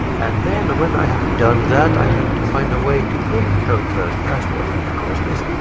and then when i have done that, i need to find a way to encode those passwords. because this